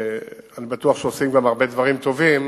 שאני בטוח שעושים גם הרבה דברים טובים,